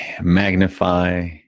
magnify